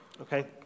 okay